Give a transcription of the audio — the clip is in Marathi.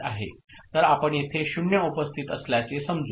तर आपण येथे 0 उपस्थित असल्याचे समजू